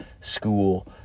school